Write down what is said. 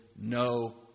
no